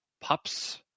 Pups